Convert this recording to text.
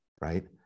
right